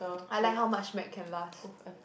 I like how much Mac can last